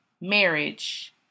marriage